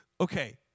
Okay